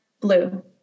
blue